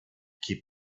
keep